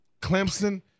Clemson